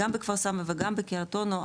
גם בכפר סבא וגם בקריית אונו,